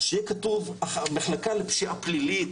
שיהיה כתוב "המחלקה לפשיעה פלילית,